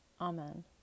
Amen